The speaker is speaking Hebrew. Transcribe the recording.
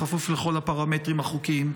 בכפוף לכל הפרמטרים החוקיים?